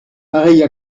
pareille